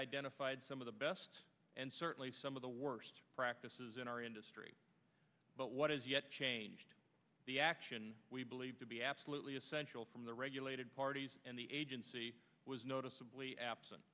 identified some of the best and certainly some of the worst practices in our industry but what is yet changed the action we believe to be absolutely essential from the regulated parties and the agency was noticeably absent